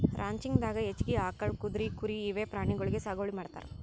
ranching ದಾಗಾ ಹೆಚ್ಚಾಗಿ ಆಕಳ್, ಕುದ್ರಿ, ಕುರಿ ಇವೆ ಪ್ರಾಣಿಗೊಳಿಗ್ ಸಾಗುವಳಿ ಮಾಡ್ತಾರ್